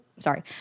Sorry